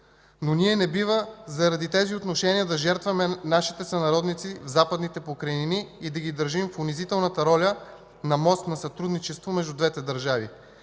но ние не бива заради тези отношения да жертваме нашите сънародници в Западните покрайнини и да ги държим в унизителната роля на „мост на сътрудничество” между двете държави.